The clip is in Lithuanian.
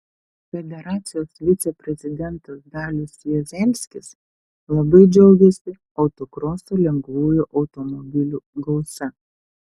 federacijos viceprezidentas dalius juozelskis labai džiaugėsi autokroso lengvųjų automobilių gausa